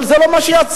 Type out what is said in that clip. אבל זה לא מה שיצא.